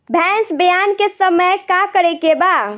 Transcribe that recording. भैंस ब्यान के समय का करेके बा?